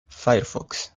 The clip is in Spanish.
firefox